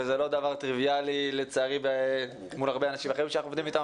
וזה לא דבר טריוויאלי לצערי מול הרבה אנשים אחרים שאנחנו עובדים איתם,